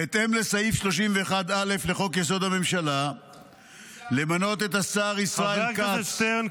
בהתאם לסעיף 31(א) לחוק-יסוד: הממשלה ----- חבר הכנסת שטרן,